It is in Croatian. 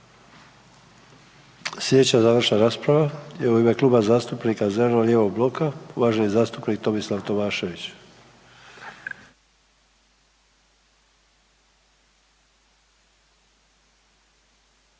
Slijedeća rasprava je u ime Kluba zastupnika zeleno-lijevog bloka, uvaženi zastupnik Tomislav Tomašević.